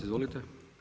Izvolite.